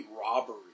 robbery